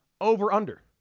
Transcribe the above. Over-under